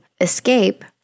escape